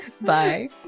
Bye